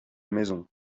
maison